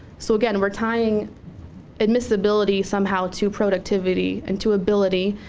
so again we're tying admissibility somehow to productivity, and to ability,